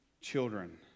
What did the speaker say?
children